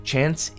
Chance